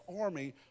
army